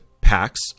packs